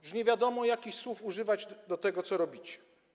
Już nie wiadomo, jakich słów używać do tego, co robicie.